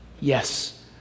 yes